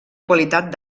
qualitat